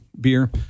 beer